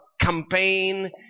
campaign